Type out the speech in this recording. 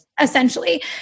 essentially